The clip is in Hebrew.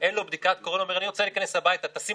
הזאת